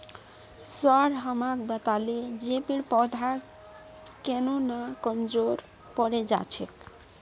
sir हमाक बताले जे पेड़ पौधा केन न कमजोर पोरे जा छेक